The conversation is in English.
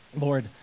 Lord